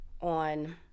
on